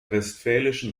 westfälischen